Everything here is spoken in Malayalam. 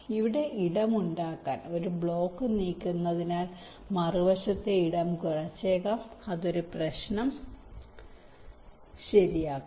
ഇവിടെ ഇടം ഉണ്ടാക്കാൻ ഒരു ബ്ലോക്ക് നീക്കുന്നതിനാൽ മറുവശത്തെ ഇടം കുറച്ചേക്കാം അത് ഒരു പ്രശ്നം ശരിയാക്കാം